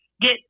get